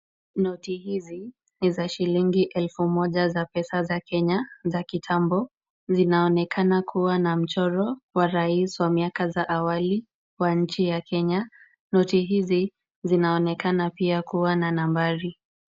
Noti hizi ni za shilingi elfu moja za pesa za Kenya za kitambo. Zinaonekana kuwa na mchoro wa rais wa miaka za awali wa nchi ya Kenya. Noti hizi zinaonekana pia kuwa na nambari.